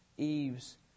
Eve's